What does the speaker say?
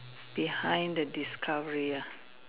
behind the discovery ah